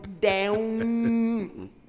down